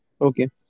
Okay